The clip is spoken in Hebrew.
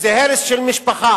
שזה הרס של משפחה,